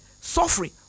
suffering